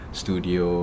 studio